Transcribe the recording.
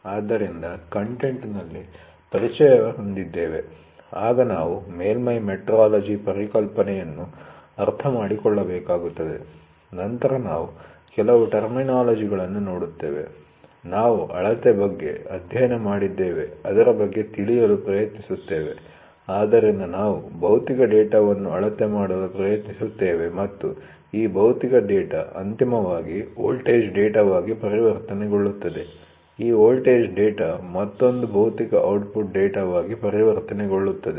ಆದ್ದರಿಂದ ಕಂಟೆಂಟ್'ನಲ್ಲಿ ಪರಿಚಯ ಹೊಂದಿದ್ದೇವೆ ಆಗ ನಾವು ಮೇಲ್ಮೈ ಮೆಟ್ರೋಲಜಿ ಪರಿಕಲ್ಪನೆಗಳನ್ನು ಅರ್ಥಮಾಡಿಕೊಳ್ಳಬೇಕಾಗುತ್ತದೆ ನಂತರ ನಾವು ಕೆಲವು ಟರ್ಮಿನೋಲಜಿ'ಗಳನ್ನು ನೋಡುತ್ತೇವೆ ನಾವು ಅಳತೆ ಬಗ್ಗೆ ಅಧ್ಯಯನ ಮಾಡಿದ್ದೇವೆ ಅದರ ಬಗ್ಗೆ ತಿಳಿಯಲುಪ್ರಯತ್ನಿಸುತ್ತೇವೆ ಆದ್ದರಿಂದ ನಾವು ಭೌತಿಕ ಡೇಟಾವನ್ನು ಅಳತೆ ಮಾಡಲು ಪ್ರಯತ್ನಿಸುತ್ತೇವೆ ಮತ್ತು ಈ ಭೌತಿಕ ಡೇಟಾ ಅಂತಿಮವಾಗಿ ವೋಲ್ಟೇಜ್ ಡೇಟಾ'ವಾಗಿ ಪರಿವರ್ತನೆಗೊಳ್ಳುತ್ತದೆ ಈ ವೋಲ್ಟೇಜ್ ಡೇಟಾ ಮತ್ತೊಂದು ಭೌತಿಕ ಔಟ್ಟ್ಪುಟ್ ಡೇಟಾ'ವಾಗಿ ಪರಿವರ್ತನೆಗೊಳ್ಳುತ್ತದೆ